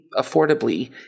affordably